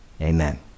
Amen